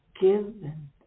given